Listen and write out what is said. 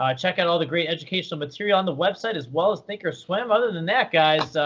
ah check out all the great educational material on the website as well as thinkorswim. other than that, guys,